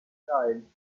style